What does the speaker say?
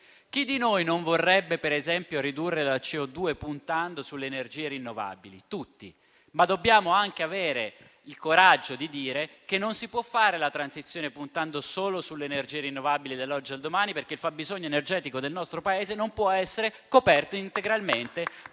Chi di noi non vorrebbe ridurre le emissioni di CO2 puntando sulle energie rinnovabili? Tutti, ma dobbiamo anche avere il coraggio di dire che non si può fare la transizione puntando solo sulle energie rinnovabili dall'oggi al domani perché il fabbisogno energetico del nostro Paese non può essere coperto integralmente